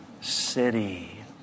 city